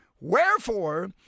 Wherefore